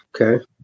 Okay